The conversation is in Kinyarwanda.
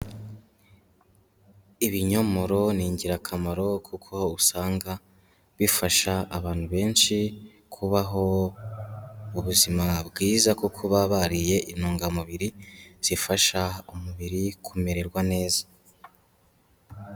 Ibinyomoro ni ingirakamaro, kuko usanga bifasha abantu benshi, kubaho ubuzima bwiza, kuko baba bariye intungamubiri, zifasha umubiri kumererwa neza.